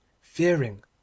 fearing